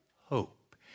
hope